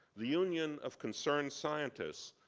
the union of concerned scientists,